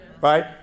Right